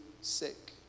sick